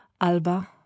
Alba